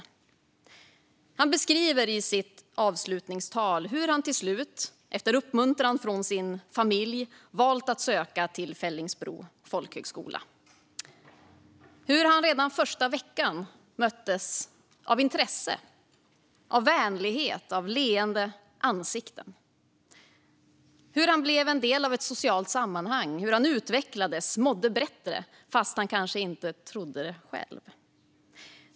Thomas beskrev i sitt avslutningstal hur han till slut, efter uppmuntran från sin familj, hade valt att söka till Fellingsbro folkhögskola och hur han redan första veckan möttes av intresse, vänlighet och leende ansikten. Han blev en del av ett socialt sammanhang. Han utvecklades och mådde bättre fast han kanske inte trodde det själv.